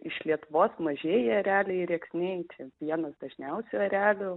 iš lietuvos mažieji ereliai rėksniai čia vienas dažniausių erelių